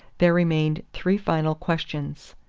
there remained three final questions.